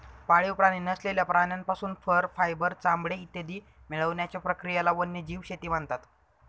पाळीव प्राणी नसलेल्या प्राण्यांपासून फर, फायबर, चामडे इत्यादी मिळवण्याच्या प्रक्रियेला वन्यजीव शेती म्हणतात